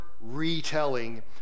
retelling